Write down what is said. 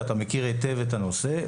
ואתה מכיר היטב את הנושא,